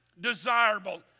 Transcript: desirable